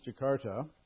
Jakarta